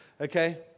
Okay